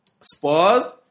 Spurs